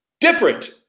different